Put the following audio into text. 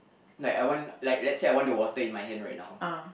like I want let's say I want the water in my hand right now